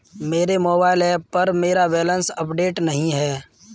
मेरे mobile app पर मेरा बैलेंस अपडेट नहीं है